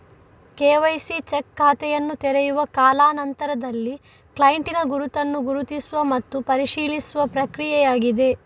KYC check ಖಾತೆಯನ್ನು ತೆರೆಯುವ ಕಾಲಾ ನಂತರದಲ್ಲಿ ಕ್ಲೈಂಟಿನ ಗುರುತನ್ನು ಗುರುತಿಸುವ ಮತ್ತು ಪರಿಶೀಲಿಸುವ ಪ್ರಕ್ರಿಯೆಯಾಗಿದೆ